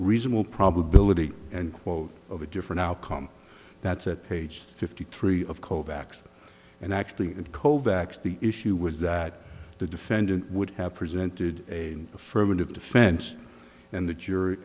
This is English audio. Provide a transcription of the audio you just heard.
reasonable probability and quote of a different outcome that's at page fifty three of callbacks and actually kovacs the issue was that the defendant would have presented a affirmative defense and the jury